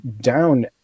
down